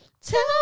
Tell